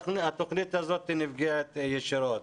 התוכנית הזאת נפגעת ישירות.